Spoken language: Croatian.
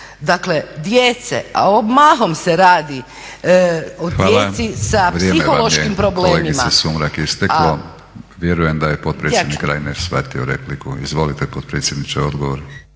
sa 800 djece, mahom se radi o djeci sa psihološkim problemima **Batinić, Milorad (HNS)** Hvala, vrijeme vam je kolegice Sumrak isteklo. Vjerujem da je potpredsjednik Reiner shvatio repliku. Izvolite potpredsjedniče, odgovor.